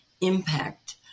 impact